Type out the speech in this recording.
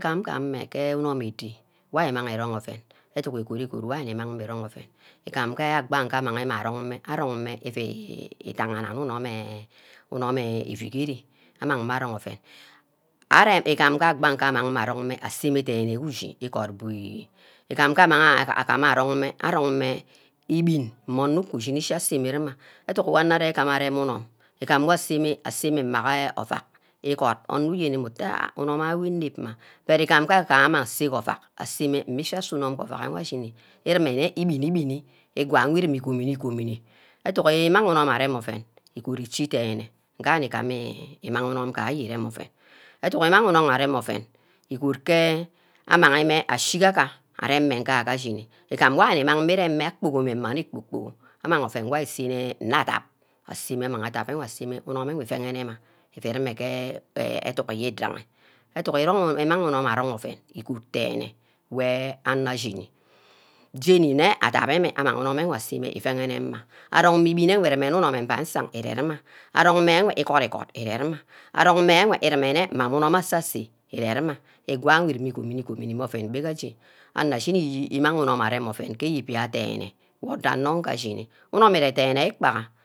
Gam-ga ameh ke inum edi, why ari imang arung oven edunk igo-ri god wor ari nimang mmeh irong oven, igam ngaha amang imeh arong mmeh arong mmeh ifu damaha nne unum eh euigere amang mmeh arong oven arear igbang nge amang mmeh arong oven arong mmeh aseme dene gu-ushi igod buye igam ngee amang agama arong mme arong mmeh ibin mmeh onor uku shin ushie aseme rumah edunk wor anor-igama areme unum. igam nga asemeh asameh mmege ovack igod onor wor uyene mmeh uteh onum ayo-gur inep mma nut igam ngee amang mmeh ase ke ovack aseme mmishi ase unuum ke ovack ashim irumeh nneh ibini-bini igwa wor irimeh igomi-gomimi, adunk imang unom arem oven igod ichi den-nne ngeh ari guma imang unum ire ireme oven edunk amang unum arem oven igod ke amang mmeh ashiga areme nga-ga ashini igam wor ari-nni mang mmeh iremeh akpogi mmeh mmange ekpo kpogi amang oven wor asne nne adan aseme mmeh adan aseme unum wor ivagne- mma nne adak aseme unum wor ivagne mmeh edunk orwidaghi edunk imang unum arung oven igod denne wey anor ashini jeni nne adam ewe amang enwe aseme iveg-nne mma arung mmeh ibine enweh nne unumeh unum mmangsang ire-ruma arong enwe igod-igod ire ruma arong mme enwe ivu rumeh nne yeni mma unum meh asa-seh ire-ruma igwan mme oven gbegaje anor ashini imang unum areme oven gee eyibia denne, wor odor onor mbe ashini unum ire-denne ikpagha